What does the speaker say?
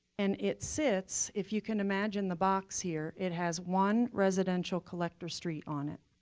and it sits if you can imagine the box here, it has one residential collector street on it.